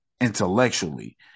intellectually